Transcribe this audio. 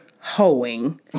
hoeing